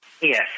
Yes